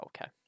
okay